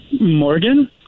Morgan